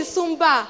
Sumba